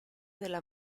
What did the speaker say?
della